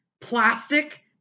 plastic